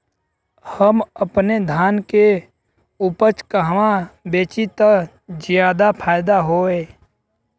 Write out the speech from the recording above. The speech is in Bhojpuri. हम अपने धान के उपज कहवा बेंचि त ज्यादा फैदा होई?